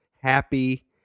happy